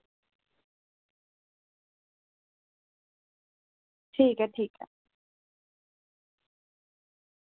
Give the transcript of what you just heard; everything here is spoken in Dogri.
ठीक ऐ ठीक ऐ